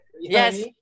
Yes